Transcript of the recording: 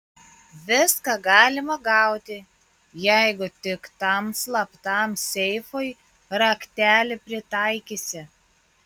viską galima gauti jeigu tik tam slaptam seifui raktelį pritaikysi